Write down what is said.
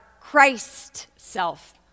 Christ-self